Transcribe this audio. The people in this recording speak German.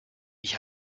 ich